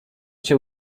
się